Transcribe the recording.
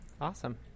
Awesome